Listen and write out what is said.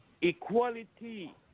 Equality